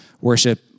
worship